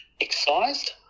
excised